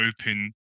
open